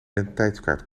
identiteitskaart